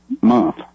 month